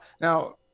Now